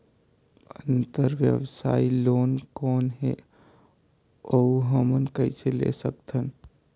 अंतरव्यवसायी लोन कौन हे? अउ हमन कइसे ले सकथन?